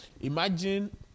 Imagine